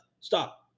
stop